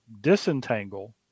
disentangle